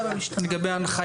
בוקר